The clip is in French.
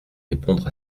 répondre